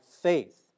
faith